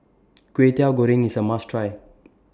Kway Teow Goreng IS A must Try